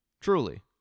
Truly